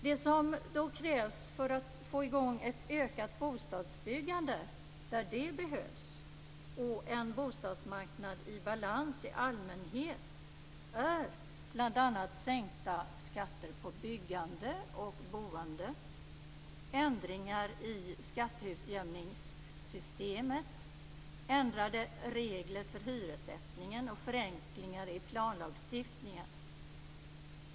Det som krävs för att få i gång ett ökat bostadsbyggande där det behövs och en bostadsmarknad i allmänhet i balans är bl.a. sänkta skatter på byggande och boende, ändringar i skatteutjämningssystemet, ändrade regler för hyressättningen och förenklingar i planlagstiftningen.